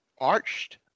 arched